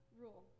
rule